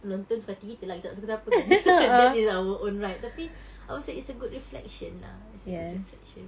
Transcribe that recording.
nonton suka hati kita lah kita nak suka siapa kan that is our own right tapi I would say it's a good reflection lah it's a good reflection